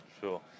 Sure